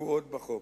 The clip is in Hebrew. הקבועות בחוק.